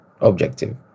objective